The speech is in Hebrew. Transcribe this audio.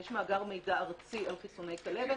יש מאגר מידע ארצי על חיסוני כלבת,